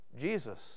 Jesus